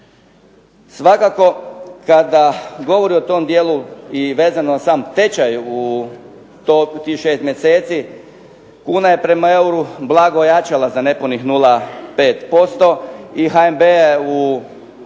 Svakako kada govori o tom dijelu i vezano uz sam tečaj u tih 6 mjeseci kuna je prema euru blago ojačala za nepunih 0,5% i HNB je u